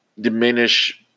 diminish